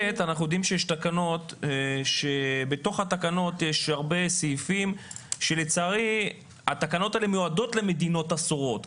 בתוך התקנות יש הרבה סעיפים שלצערי התקנות מיועדות למדינות אסורות,